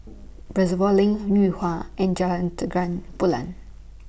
Reservoir LINK Yuhua and Jalan Terang Bulan